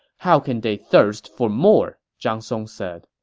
how can they thirst for more? zhang song said